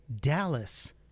Dallas